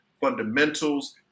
fundamentals